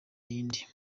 yindi